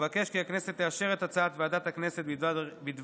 אבקש כי הכנסת תאשר את הצעת ועדת הכנסת בדבר